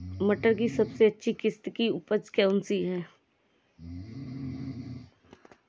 टमाटर की सबसे अच्छी किश्त की उपज कौन सी है?